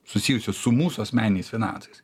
susijusios su mūsų asmeniniais finansais